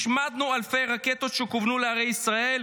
השמדנו אלפי רקטות שכוונו לערי ישראל,